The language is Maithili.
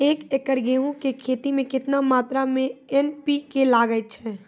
एक एकरऽ गेहूँ के खेती मे केतना मात्रा मे एन.पी.के लगे छै?